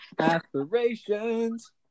aspirations